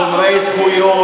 לכל הארגונים שומרי הזכויות,